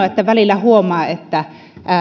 että välillä huomaa että